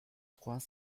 trois